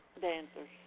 Dancers